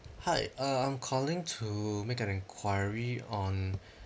hi uh I'm calling to make an enquiry on